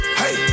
hey